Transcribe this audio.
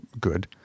Good